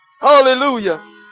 hallelujah